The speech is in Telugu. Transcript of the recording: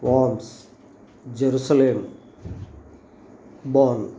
Vance Jerusalem ban